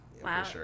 Wow